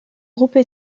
groupes